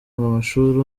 amashuri